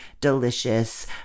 delicious